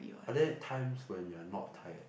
are there times when you are not tired